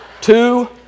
Two